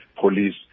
police